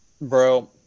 Bro